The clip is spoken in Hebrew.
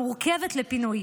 המורכבת לפינוי,